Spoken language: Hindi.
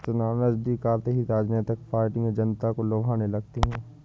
चुनाव नजदीक आते ही राजनीतिक पार्टियां जनता को लुभाने लगती है